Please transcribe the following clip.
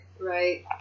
Right